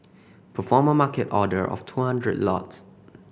perform a Market order of two hundreds lots